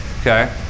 okay